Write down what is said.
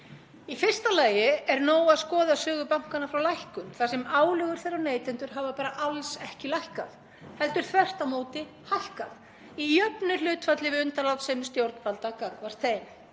Í fyrsta lagi er nóg að skoða sögu bankanna frá lækkun, þar sem álögur þeirra á neytendur hafa bara alls ekki lækkað, heldur þvert á móti hækkað í jöfnu hlutfalli við undanlátssemi stjórnvalda gagnvart þeim.